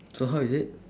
so how is it